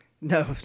No